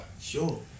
Sure